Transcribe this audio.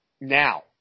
now